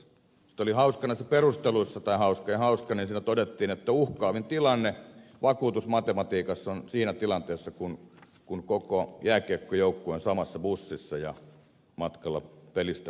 oli hauskaa näissä perusteluissa tai hauskaa ja hauskaa että siinä todettiin että uhkaavin tilanne vakuutusmatematiikassa on siinä tilanteessa kun koko jääkiekkojoukkue on samassa bussissa ja matkalla pelistä kotiin